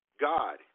God